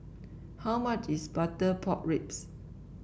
how much is Butter Pork Ribs